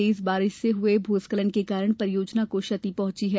तेज बारिश से हुए भूस्खलन के कारण परियोजना को क्षति पहुंची है